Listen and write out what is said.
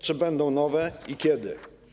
Czy będą nowe i kiedy?